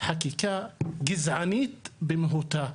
חקיקה גזענית במהותה.